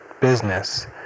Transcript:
business